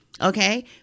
Okay